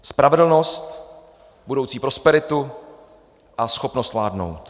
Spravedlnost, budoucí prosperitu a schopnost vládnout.